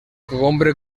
cogombre